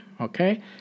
Okay